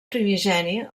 primigeni